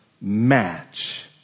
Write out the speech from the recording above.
Match